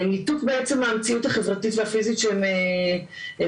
ניתוק בעצם מהמציאות החברתית והפיזית בזמן שהם חווים